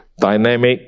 dynamic